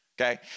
okay